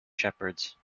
shepherds